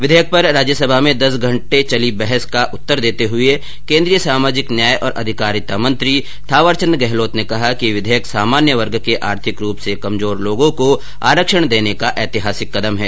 विधेयक पर राज्यसभा में दस घंटे तक चली बहस का उत्तर देते हुए केन्द्रीय सामाजिक न्याय और अधिकारिता मंत्री थावर चंद गहलोत ने कहा कि विधेयक सामान्य वर्ग के आर्थिक रूप से कमजोर लोगों को आरक्षण देने का ऐतिहासिक कदम है